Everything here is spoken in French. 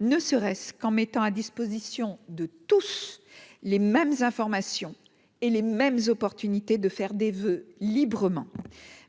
ne serait-ce qu'en mettant à disposition de tous les mêmes informations et les mêmes opportunités de faire des voeux librement